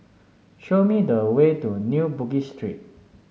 show me the way to New Bugis Street